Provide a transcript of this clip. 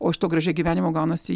o iš to gražiai gyvenimo gaunasi